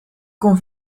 kon